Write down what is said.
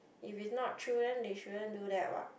if is not true then they shouldn't do that what